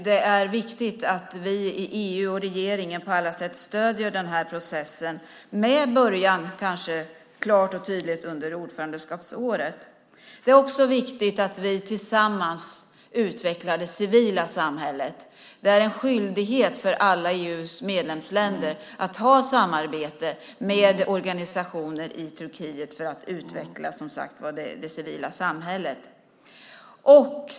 Det är viktigt att EU och regeringen på alla sätt stöder denna process, med början kanske klart och tydligt under ordförandeskapsåret. Det är också viktigt att vi tillsammans utvecklar det civila samhället. Det är en skyldighet för alla EU:s medlemsländer att ha samarbete med organisationer i Turkiet för att utveckla det civila samhället.